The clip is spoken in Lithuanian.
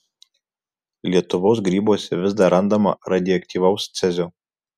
lietuvos grybuose vis dar randama radioaktyvaus cezio